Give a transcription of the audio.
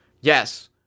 yes